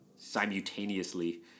Simultaneously